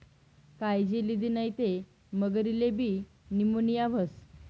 कायजी लिदी नै ते मगरलेबी नीमोनीया व्हस